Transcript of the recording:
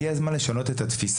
הגיע הזמן לשנות את התפיסה,